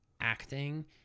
acting